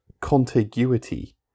contiguity